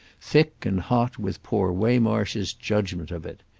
thick and hot with poor waymarsh's judgement of it.